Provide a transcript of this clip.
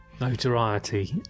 notoriety